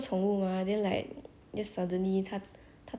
freeze she freeze to death